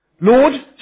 Lord